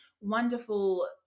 wonderful